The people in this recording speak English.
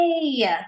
Yay